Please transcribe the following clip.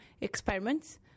experiments